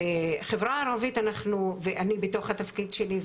בחברה הערבית ואני בתוך התפקיד שלי,